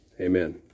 amen